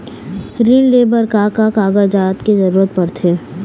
ऋण ले बर का का कागजात के जरूरत पड़थे?